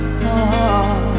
heart